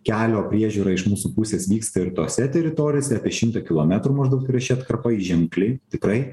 kelio priežiūra iš mūsų pusės vyksta ir tose teritorijose apie šimtą kilometrų maždaug prieš atkarpoje ženkliai tikrai